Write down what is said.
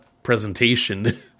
Presentation